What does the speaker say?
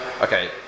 okay